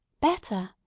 Better